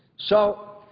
so